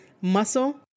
muscle